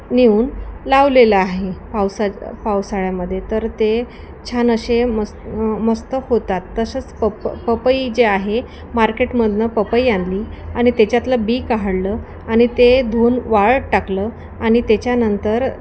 नेऊन लावलेलं आहे पावसा पावसाळ्यामध्ये तर ते छान असे मस् मस्त होतात तसंच पप पपई जे आहे मार्केटमधून पपई आणली आणि त्याच्यातलं बी काढलं आणि ते धुवून वाळत टाकलं आणि त्याच्यानंतर